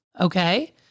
Okay